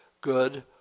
good